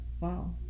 Wow